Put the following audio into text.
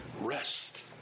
Rest